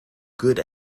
good